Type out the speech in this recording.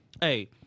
Hey